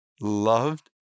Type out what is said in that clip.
loved